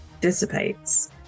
dissipates